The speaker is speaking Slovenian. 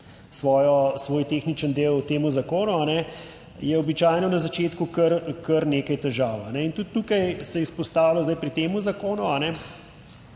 svoj tehnični del temu zakonu, je običajno na začetku kar, kar nekaj težav in tudi tukaj se izpostavlja zdaj pri tem zakonu,